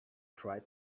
tried